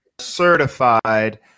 certified